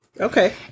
Okay